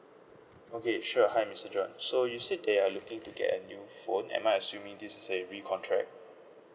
okay sure hi mister john so you said they are looking to get a new phone am I assuming this is a recontract